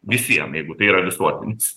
visiem jeigu tai yra visuotinis